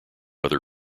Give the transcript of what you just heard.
other